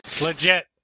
Legit